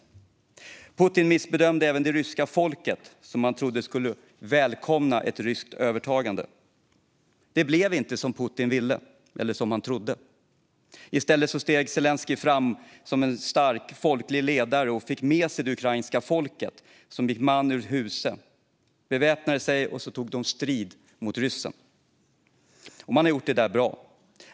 Putin missbedömde även det ryska folket, som han trodde skulle välkomna ett ryskt övertagande. Det blev inte som Putin trodde. I stället steg Zelenskyj fram som en stark folklig ledare och fick med sig det ukrainska folket, som gick man ur huse, beväpnade sig och tog strid mot ryssen. Och man har gjort det bra.